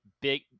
big